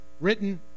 written